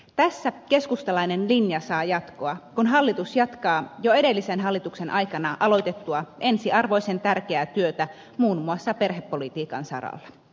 tässä keskustalainen linja saa jatkoa kun hallitus jatkaa jo edellisen hallituksen aikana aloitettua ensiarvoisen tärkeää työtä muun muassa perhepolitiikan saralla